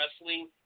wrestling